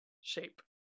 Shape